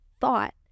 thought